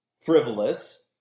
frivolous